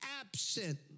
absent